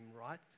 right